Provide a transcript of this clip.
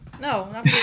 No